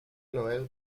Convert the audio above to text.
noel